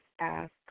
ask